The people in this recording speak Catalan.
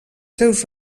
seus